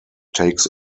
takes